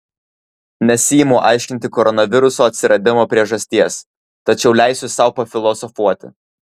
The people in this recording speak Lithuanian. nesiimu aiškinti koronaviruso atsiradimo priežasties tačiau leisiu sau pafilosofuoti